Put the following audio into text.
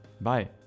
Bye